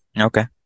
Okay